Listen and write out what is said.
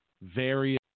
various